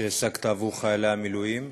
שהשגת עבור חיילי המילואים.